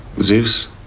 Zeus